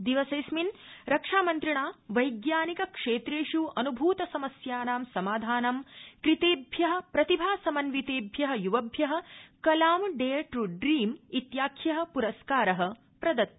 दिवसेऽस्मिन् रक्षामन्त्रिणा वैज्ञानिक क्षेत्रेष् अनुभूत समस्यानां समाधानं कृतेभ्य प्रतिभासमन्वितेभ्य युवभ्य कलाम डेयर ट्र ड्रीम इत्याख्य पुरस्कार प्रदत्त